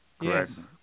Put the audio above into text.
Yes